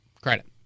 credit